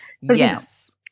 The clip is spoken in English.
yes